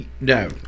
No